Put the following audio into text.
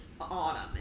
autumn